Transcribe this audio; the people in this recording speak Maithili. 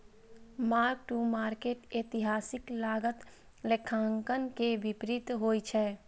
मार्क टू मार्केट एतिहासिक लागत लेखांकन के विपरीत होइ छै